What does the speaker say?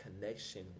connection